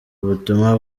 ubutumwa